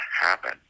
happen